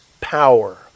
power